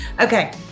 Okay